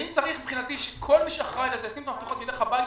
אם צריך שכל מי שאחראי לזה ישים את המפתחות וילך הביתה,